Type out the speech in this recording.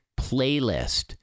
playlist